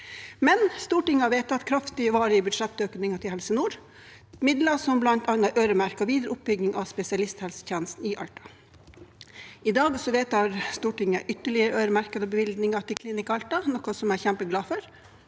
Stortinget har vedtatt kraftige, varige budsjettøkninger til Helse Nord, midler som bl.a. er øremerket videre oppbygging av spesialisthelsetjenestene i Alta. I dag vedtar Stortinget ytterligere øremerkede bevilgninger til Klinikk Alta, noe jeg er kjempeglad for.